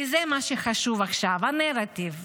כי זה מה שחשוב עכשיו, הנרטיב.